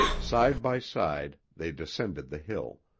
side by side they descended the hill,